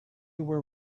were